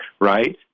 right